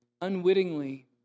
unwittingly